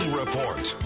report